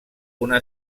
una